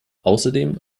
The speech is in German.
außerdem